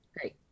Great